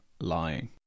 lying